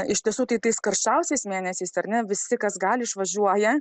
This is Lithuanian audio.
iš tiesų tai tais karščiausiais mėnesiais ar ne visi kas gali išvažiuoja